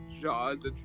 Jaws